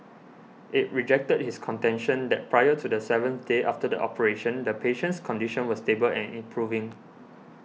it rejected his contention that prior to the seventh day after the operation the patient's condition was stable and improving